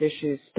issues